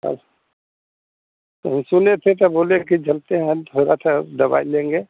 और तो हम सुने थे क्या बोले कि चलते हैं थोड़ा सा दवाई लेंगे